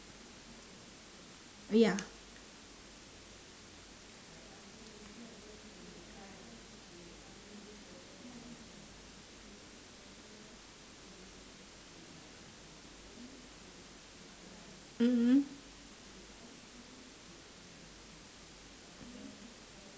ya mm mm